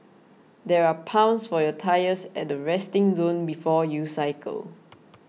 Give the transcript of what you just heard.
there are pumps for your tyres at the resting zone before you cycle